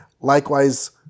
Likewise